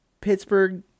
Pittsburgh